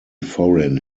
foreign